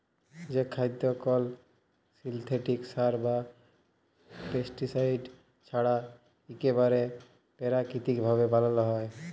যে খাদ্য কল সিলথেটিক সার বা পেস্টিসাইড ছাড়া ইকবারে পেরাকিতিক ভাবে বানালো হয়